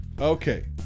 Okay